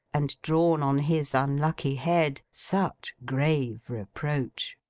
and drawn on his unlucky head such grave reproach.